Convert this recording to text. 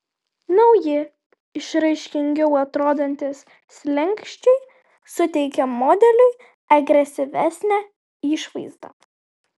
nauji išraiškingiau atrodantys slenksčiai suteikia modeliui agresyvesnę išvaizdą